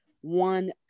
one